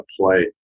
play